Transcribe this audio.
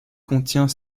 contient